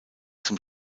zum